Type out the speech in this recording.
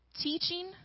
teaching